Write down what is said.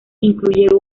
incluye